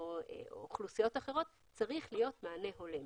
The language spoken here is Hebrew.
או אוכלוסיות אחרות, צריך להיות מענה הולם.